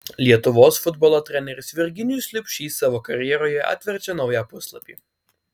lietuvos futbolo treneris virginijus liubšys savo karjeroje atverčia naują puslapį